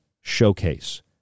showcase